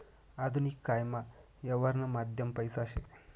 आधुनिक कायमा यवहारनं माध्यम पैसा शे